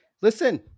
Listen